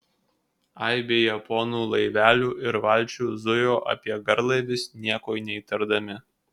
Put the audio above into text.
aibė japonų laivelių ir valčių zujo apie garlaivius nieko neįtardami